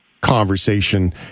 conversation